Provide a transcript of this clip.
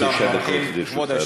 תשע דקות לרשותך, אדוני.